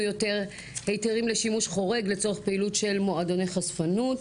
יותר היתרים לשימוש חורג לצורך פעילות של מועדוני חשפנות.